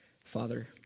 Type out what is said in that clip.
Father